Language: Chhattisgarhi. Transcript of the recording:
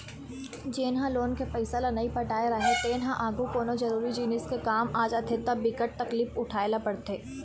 जेन ह लोन के पइसा ल नइ पटाए राहय तेन ल आघु कोनो जरुरी जिनिस के काम आ जाथे त बिकट तकलीफ उठाए ल परथे